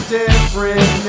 different